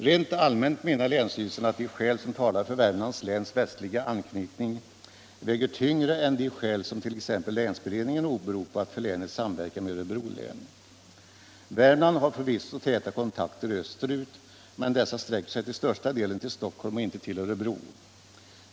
Rent allmänt menar länsstyrelsen att de skäl som talar för Värmlands läns västliga anknytning väger tyngre än de skäl som t.ex. länsberedningen åberopat för länets samverkan med Örebro län. Värmland har förvisso täta kontakter österut, men dessa sträcker sig till största delen till Stockholm och inte till Örebro.